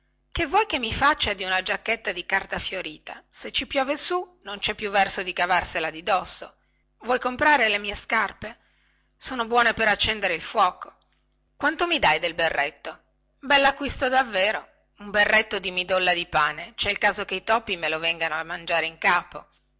che vuoi che mi faccia di una giacchetta di carta fiorita se ci piove su non cè più verso di cavartela da dosso vuoi comprare le mie scarpe sono buone per accendere il fuoco quanto mi dai del berretto bellacquisto davvero un berretto di midolla di pane cè il caso che i topi me lo vengano a mangiare in capo